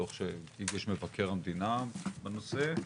דוח שהגיש מבקר המדינה בנושא,